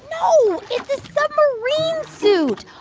no, it's a submarine suit.